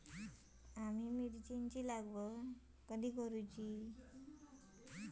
आम्ही मिरचेंची लागवड कधी करूची?